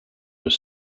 were